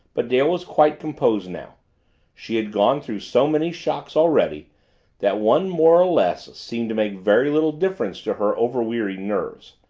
but dale was quite composed now she had gone through so many shocks already that one more or less seemed to make very little difference to her overwearied nerves.